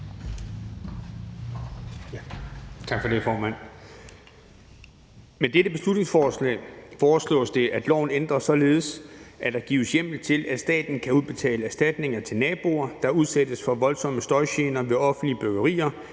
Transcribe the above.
Med dette beslutningsforslag foreslås det, at loven ændres således, at der gives hjemmel til, at staten kan udbetale erstatninger til naboer, der udsættes for voldsomme støjgener ved offentlige byggerier,